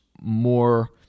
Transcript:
more